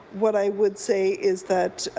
what i would say is that